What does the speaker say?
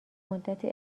مدتی